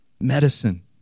medicine